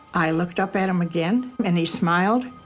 i looked up at him again. and he smiled.